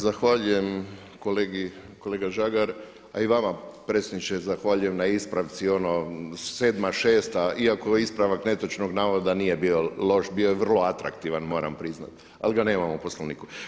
Zahvaljujem kolega Žagar, a i vama potpredsjedniče zahvaljujem na ispravci ono sedma, šesta, iako ispravak netočnog navoda nije bio loš, bio je vrlo atraktivan moram priznati, ali ga nemamo u Poslovniku.